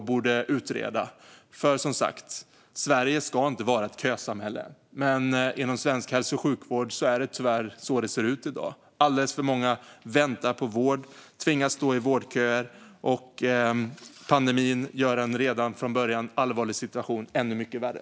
Sverige ska som sagt inte vara ett kösamhälle, men inom svensk hälso och sjukvård är det tyvärr så det ser ut i dag. Alldeles för många väntar på vård och tvingas stå i vårdköer. Pandemin gör dessutom en från början redan allvarlig situation ännu värre.